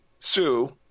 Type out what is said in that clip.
sue